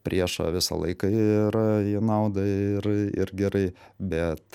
priešą visą laiką ir į naudą ir ir gerai bet